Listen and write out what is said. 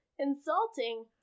insulting